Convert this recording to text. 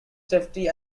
safety